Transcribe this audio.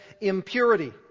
impurity